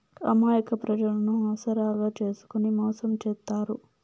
అమాయక ప్రజలను ఆసరాగా చేసుకుని మోసం చేత్తారు